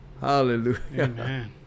Hallelujah